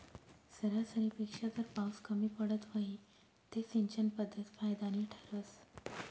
सरासरीपेक्षा जर पाउस कमी पडत व्हई ते सिंचन पध्दत फायदानी ठरस